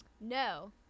no